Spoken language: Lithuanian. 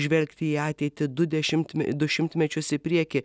žvelgti į ateitį du dešimtme du šimtmečius į priekį